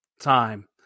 time